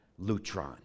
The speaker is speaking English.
Lutron